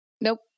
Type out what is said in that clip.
Nope